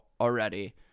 already